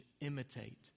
imitate